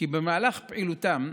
כי במהלך פעילותן,